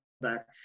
back